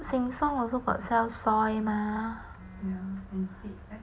sheng siong also got sell soil mah